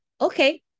okay